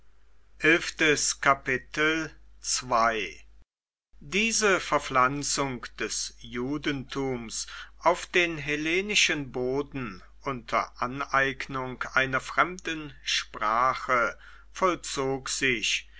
diese verpflanzung des judentums auf den hellenischen boden unter aneignung einer fremden sprache vollzog sich